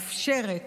שלמעשה מאפשרת